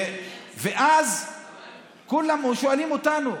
ואז כולם שואלים אותנו.